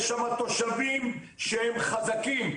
יש שמה תושבים שהם חזקים,